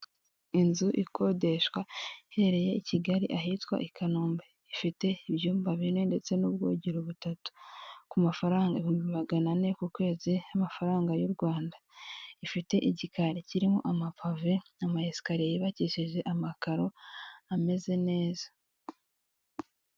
Inzu ikodeshwa iherereye i kigali ahitwa i kanombe, ifite ibyumba bine ndetse n'ubwogero butatu, ku mafaranga ibihumbi magana ane ku kwezi y'amafaranga y'u Rwanda, ifite igikari kirimo amapave n' amayesikariye, yubakushije amakaro ameze neza.